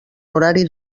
horari